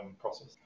process